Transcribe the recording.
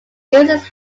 uses